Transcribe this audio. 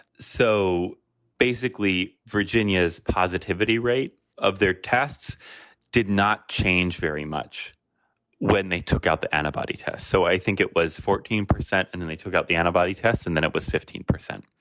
so basically, virginia's positivity rate of their tests did not change very much when they took out the antibody test. so i think it was fourteen percent. and then they took out the antibody test and then it was fifteen percent.